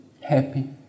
happy